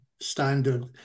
standard